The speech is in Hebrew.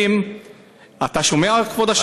אתה שומע, כבוד השר?